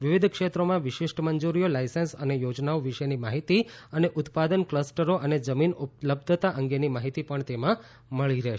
વિવિધ ક્ષેત્રોમાં વિશિષ્ટ મંજૂરીઓ લાઇસન્સ અને યોજનાઓ વિશેની માહિતી અને ઉત્પાદન ક્લસ્ટરો અને જમીન ઉપલબ્ધતા અંગેની માહિતી પણ તેમાં મળી રહેશે